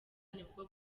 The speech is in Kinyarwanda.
nibwo